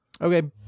Okay